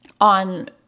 on